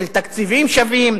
של תקציבים שווים,